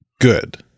good